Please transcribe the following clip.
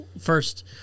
first